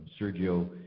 Sergio